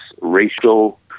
racial